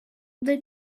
the